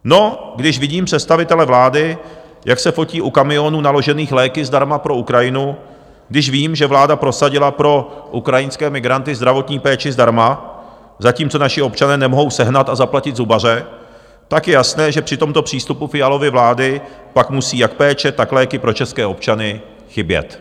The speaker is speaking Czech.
No, když vidím představitele vlády, jak se potí u kamionů naložených léky zdarma pro Ukrajinu, když vím, že vláda prosadila pro ukrajinské migranty zdravotní péči zdarma, zatímco naši občané nemohou sehnat a zaplatit zubaře, tak je jasné, že při tomto přístupu Fialovy vlády pak musí jak péče, tak léky pro české občany chybět.